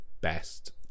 best